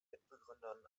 mitbegründern